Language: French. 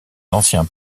anciens